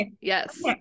Yes